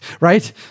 Right